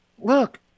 look